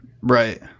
Right